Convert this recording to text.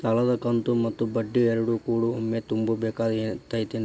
ಸಾಲದ ಕಂತು ಮತ್ತ ಬಡ್ಡಿ ಎರಡು ಕೂಡ ಒಮ್ಮೆ ತುಂಬ ಬೇಕಾಗ್ ತೈತೇನ್ರಿ?